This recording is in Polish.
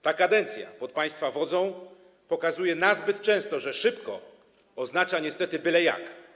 Ta kadencja pod państwa wodzą pokazuje nazbyt często, że szybko oznacza niestety byle jak.